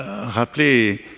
rappeler